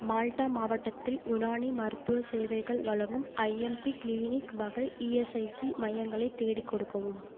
Malta மாவட்டத்தில் யுனானி மருத்துவ சேவைகள் வழங்கும் ஐஎம்பி கிளினிக் வகை இஎஸ்ஐசி மையங்களை தேடி கொடுக்கவும்